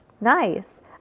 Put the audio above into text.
Nice